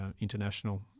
international